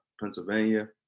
Pennsylvania